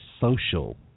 social